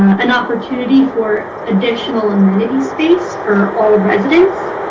an opportunity for additional amenities space for all residents.